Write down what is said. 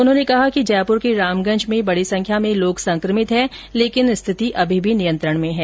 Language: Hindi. उन्होंने कहा कि जयपुर के रामगंज में बड़ी संख्या में लोग संक्रमित है लेकिन स्थिति अभी भी नियंत्रण में है